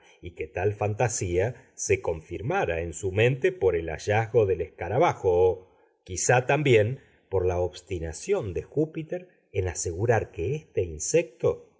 y que tal fantasía se confirmara en su mente por el hallazgo del escarabajo o quizá también por la obstinación de júpiter en asegurar que este insecto